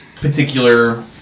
particular